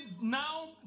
now